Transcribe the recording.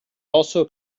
also